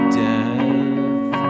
death